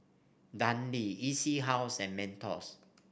Dundee E C House and Mentos